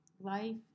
life